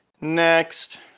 next